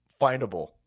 findable